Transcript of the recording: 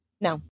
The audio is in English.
no